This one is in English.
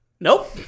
Nope